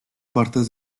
partes